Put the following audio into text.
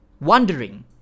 wondering